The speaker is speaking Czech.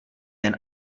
jen